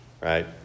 Right